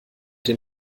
den